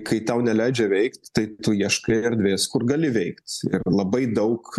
kai tau neleidžia veikt tai tu ieškai erdvės kur gali veikt labai daug